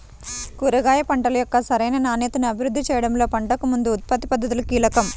కూరగాయ పంటల యొక్క సరైన నాణ్యతను అభివృద్ధి చేయడంలో పంటకు ముందు ఉత్పత్తి పద్ధతులు కీలకం